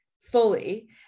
fully